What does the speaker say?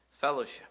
fellowship